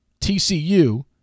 TCU